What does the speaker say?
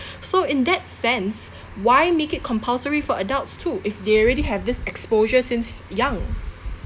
so in that sense why make it compulsory for adults too if they already have this exposure since young